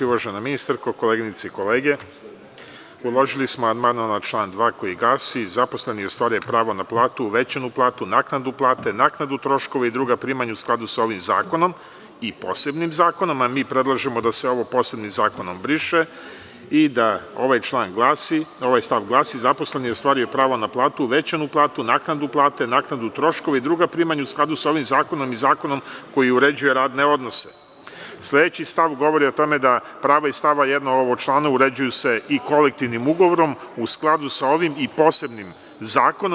Uvažena ministarko, koleginice i kolege, uložili smo amandman na član 2. koji glasi: „Zaposleni ostvaruju pravo na platu, uvećanu platu, naknadu plate, naknadu troškova i druga primanja u skladu sa ovim zakonom i posebnim zakonom.“ Mi predlažemo da se ovo „posebnim zakonom“ briše i da ovaj stav glasi: „Zaposleni ostvaruju pravo na platu, uvećanu platu, naknadu plate, naknadu troškova i druga primanja u skladu sa ovim zakonom i zakonom koji uređuje radne odnose.“ Sledeći stav govori o tome da se prava iz stava 1. ovog člana uređuju i kolektivnim ugovorom u skladu sa ovim i posebnim zakonom.